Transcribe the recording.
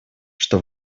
что